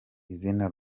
izina